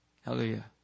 Hallelujah